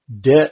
debt